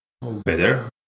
Better